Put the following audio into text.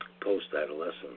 post-adolescence